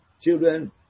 children